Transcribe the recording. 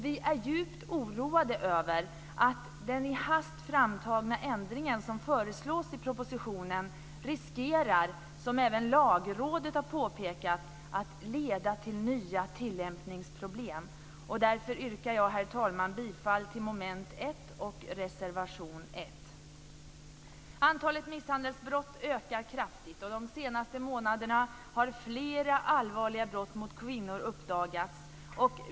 Vi är djupt oroade över att den i hast framtagna ändringen som föreslås i propositionen riskerar att leda till nya tillämpningsproblem. Detta har även Lagrådet påpekat. Därför yrkar jag, herr talman, bifall till reservation 1 under mom. 1. Antalet misshandelsbrott ökar kraftigt. De senaste månaderna har flera allvarliga brott mot kvinnor uppdagats.